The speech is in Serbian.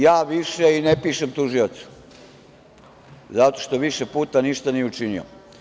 Ja više i ne pišem tužiocu zato što više puta nije ništa učinio.